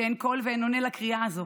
שאין קול ואין עונה לקריאה הזאת,